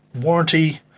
warranty